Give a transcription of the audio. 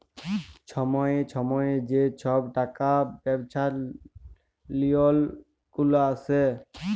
ছময়ে ছময়ে যে ছব টাকা ব্যবছার লিওল গুলা আসে